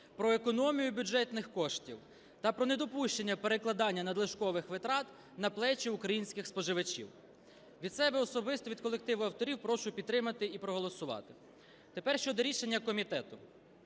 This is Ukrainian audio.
про економію бюджетних коштів та про недопущення перекладання надлишкових витрат на плечі українських споживачів. Від себе особисто, від колективу авторів прошу підтримати і проголосувати. Тепер щодо рішення комітету.